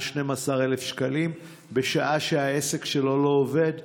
12,000 שקלים בשעה שהעסק שלו לא עובד.